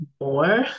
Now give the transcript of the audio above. more